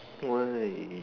why